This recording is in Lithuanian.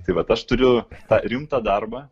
tai vat aš turiu tą rimtą darbą